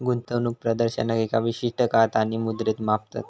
गुंतवणूक प्रदर्शनाक एका विशिष्ट काळात आणि मुद्रेत मापतत